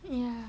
ya